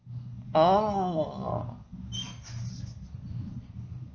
oo